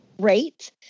great